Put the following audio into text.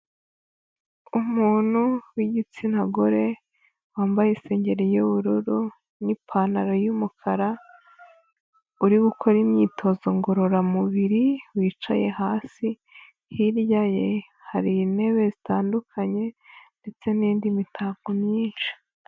Umuntu w'igitsina gore, wambaye isengeri y'ubururu n'ipantaro y'umukara, uri gukora imyitozo ngororamubiri, wicaye hasi hirya ye hari intebe zitandukanye ndetse n'indi mitako myinshi.